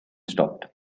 stopped